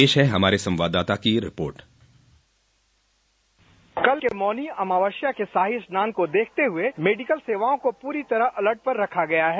पेश है हमारे संवाददाता की रिपोर्ट बाइट कल के मौनी अमावस्या के शाही स्नान को देखते हुए मेडिकल सेवाओं को पूरी तरह अलर्ट पर रखा गया है